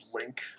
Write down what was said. Link